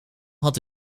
had